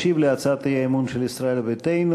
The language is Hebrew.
ישיב על הצעת האי-אמון של ישראל ביתנו